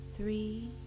three